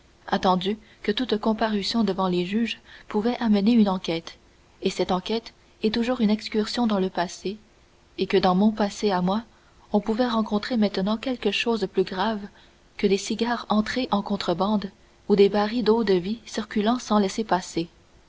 attendu que toute comparution devant les juges pouvait amener une enquête que cette enquête est toujours une excursion dans le passé et que dans mon passé à moi on pouvait rencontrer maintenant quelque chose plus grave que des cigares entrés en contrebande ou des barils d'eau-de-vie circulant sans laissez-passer